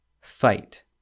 Fight